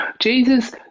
Jesus